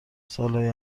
سالهای